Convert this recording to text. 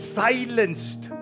silenced